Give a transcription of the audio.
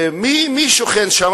ומי שוכן שם?